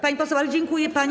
Pani poseł, ale dziękuję pani.